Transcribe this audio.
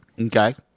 Okay